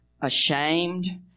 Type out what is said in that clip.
ashamed